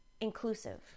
inclusive